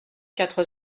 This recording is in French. quatre